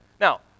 Now